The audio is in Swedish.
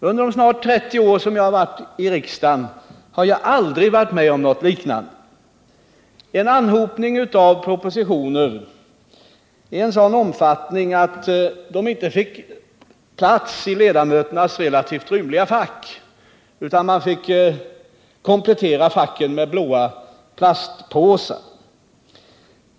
Under de snart 30 år jag har suttit i riksdagen har jag aldrig varit med om något liknande, en anhopning av propositioner i en sådan omfattning att de inte fick plats i ledamöternas relativt rymliga fack, utan facken fick kompletteras med blå plastpåsar.